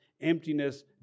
emptiness